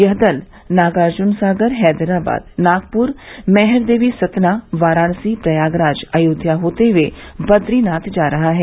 यह दल नागार्जुन सागर हैदराबाद नागपुर मैहरदेवी सतना वाराणसी प्रयागराज अयोध्या होते हुए बद्रीनाथ जा रहा है